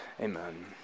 Amen